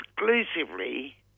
exclusively